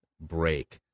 Break